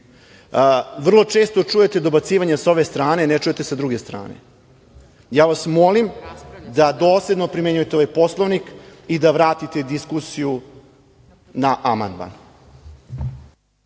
redu? Vrlo često čujete dobacivanje sa ove strane, a ne čujete sa druge strane. Molim vas da dosledno primenjujete ovaj Poslovnik i da vratite diskusiju na amandman.